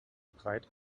breit